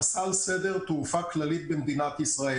חסל סדר תעופה כללית במדינת ישראל.